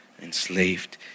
enslaved